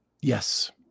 Yes